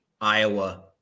Iowa